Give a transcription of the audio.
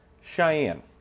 Cheyenne